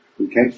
Okay